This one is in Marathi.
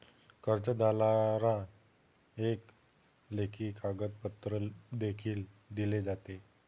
कर्जदाराला एक लेखी कागदपत्र देखील दिले जाते